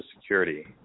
security